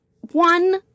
one